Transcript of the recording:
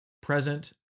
present